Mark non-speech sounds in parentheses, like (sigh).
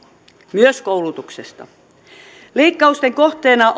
myös koulutuksesta leikkausten kohteena (unintelligible)